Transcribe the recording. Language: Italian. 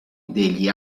degli